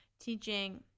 teaching